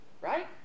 right